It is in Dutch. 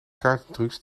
kaartentrucs